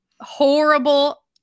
horrible